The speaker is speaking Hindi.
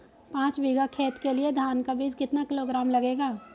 पाँच बीघा खेत के लिये धान का बीज कितना किलोग्राम लगेगा?